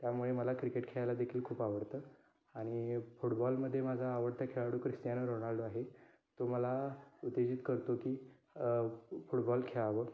त्यामुळे मला क्रिकेट खेळायलादेखील खूप आवडतं आणि फुटबॉलमध्ये माझा आवडता खेळाडू क्रिस्टियानो रोनाल्डो आहे तो मला उत्तेजित करतो की फुटबॉल खेळावं